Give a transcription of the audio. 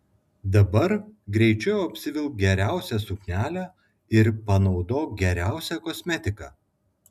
dabar greičiau apsivilk geriausią suknelę ir panaudok geriausią kosmetiką